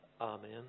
Amen